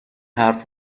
حرف